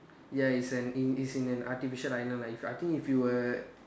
ya is an in is in an artificial island I think if you were